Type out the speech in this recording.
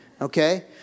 Okay